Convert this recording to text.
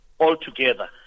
altogether